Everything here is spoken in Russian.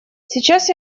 сейчас